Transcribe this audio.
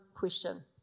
question